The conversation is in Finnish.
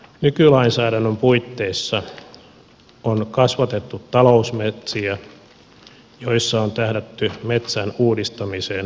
nykylainsäädännön puitteissa on kasvatettu talousmetsiä joissa on tähdätty metsän uudistamiseen päätehakkuiden jälkeen